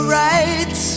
right